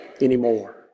anymore